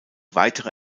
weitere